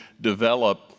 develop